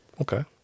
okay